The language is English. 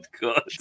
God